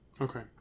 Okay